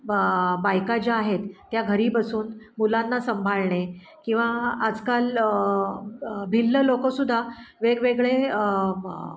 बा बायका ज्या आहेत त्या घरी बसून मुलांना सांभाळणे किंवा आजकाल भिल्ल लोकंसुद्धा वेगवेगळे